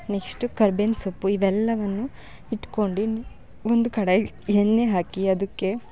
next ಕರ್ಬೇವಿನ ಸೊಪ್ಪು ಇವೆಲ್ಲವನ್ನೂ ಇಟ್ಕೊಂಡು ಒಂದು ಕಡಾಯಿಗೆ ಎಣ್ಣೆ ಹಾಕಿ ಅದಕ್ಕೆ